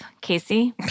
Casey